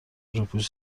روپوش